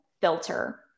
filter